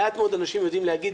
מעט מאוד אנשים יודעים להגיד